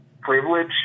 privilege